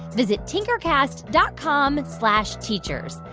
visit tinkercast dot com slash teachers.